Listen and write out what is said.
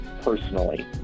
personally